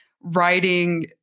writing